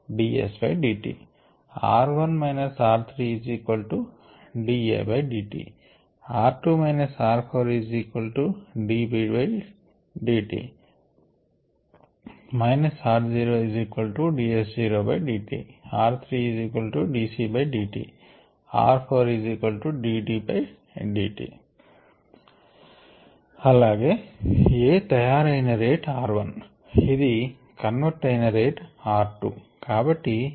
కాబట్టి అలాగే A తయారయిన రేట్ r1 ఇది కన్వర్ట్ అయిన రేట్ r 2